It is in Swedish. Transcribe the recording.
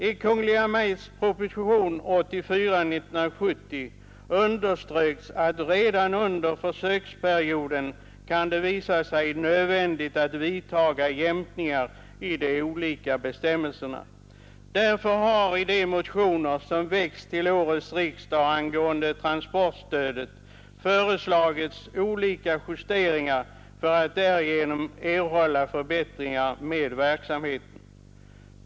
I Kungl. Maj:ts proposition nr 84 år 1970 underströks att det redan under försöksperioden kan visa sig nödvändigt att vidtaga jämkningar i de olika bestämmelserna. Därför har i de motioner som väckts till årets riksdag angående transportstödet föreslagits olika justeringar för att därigenom erhålla förbättringar i verksamheten.